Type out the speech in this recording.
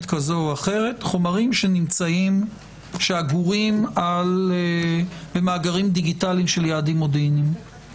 כזו או אחרת חומרים שאגורים במאגרים דיגיטליים של יעדים מודיעיניים,